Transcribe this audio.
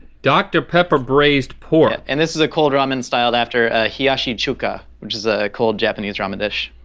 dr. pepper braised pork. and this is a cold ramen styled after hiyashi chuka which is a cold japanese ramen dish.